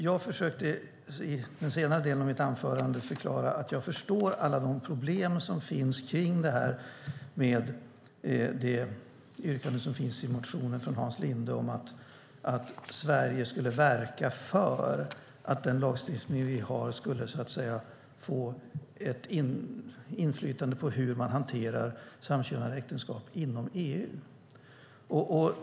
Jag försökte i den senare delen av mitt anförande förklara att jag förstår alla de problem som finns med det yrkande som finns i motionen från Hans Linde om att Sverige skulle verka för att den lagstiftning vi har skulle få ett inflytande på hur man hanterar samkönade äktenskap inom EU.